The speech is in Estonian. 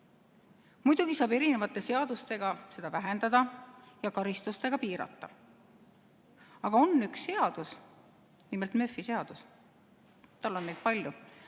Muidugi saab erinevate seadustega seda vähendada ja karistustega piirata. Aga on üks seadus, nimelt Murphy seadus, tal on neid palju,